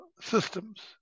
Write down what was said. systems